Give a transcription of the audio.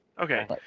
okay